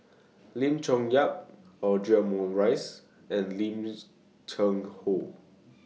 Lim Chong Yah Audra Morrice and Lim's Cheng Hoe